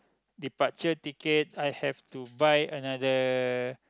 departure ticket I have to buy another